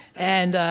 and,